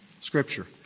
Scripture